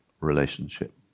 relationship